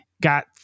got